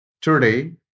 Today